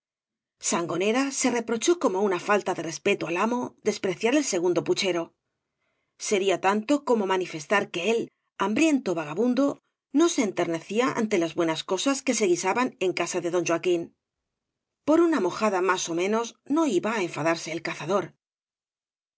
sangonera se reprochó como una íalta de respeto al amo despreciar el segundo puchero sería tanto como manifestar que é hambriento vagabundo no be enternecía ante las buenas cosas que guisaban en casa de don joaquín por una mojada más ó menos no iba á enfadarse el cazador